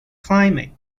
climate